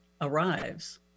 arrives